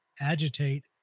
agitate